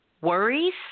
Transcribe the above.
worries